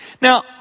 Now